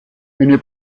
eine